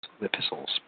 epistles